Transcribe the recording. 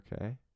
Okay